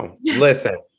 listen